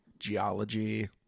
geology